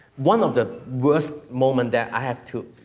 one of the worst moments that i have to,